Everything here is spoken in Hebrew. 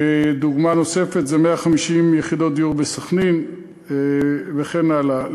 דוגמה נוספת זה 150 יחידות דיור בסח'נין וכן הלאה.